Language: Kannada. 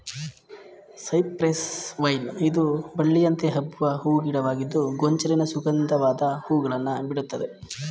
ಸೈಪ್ರೆಸ್ ವೈನ್ ಇದು ಬಳ್ಳಿಯಂತೆ ಹಬ್ಬುವ ಹೂ ಗಿಡವಾಗಿದ್ದು ಗೊಂಚಲಿನ ಸುಗಂಧವಾದ ಹೂಗಳನ್ನು ಬಿಡುತ್ತದೆ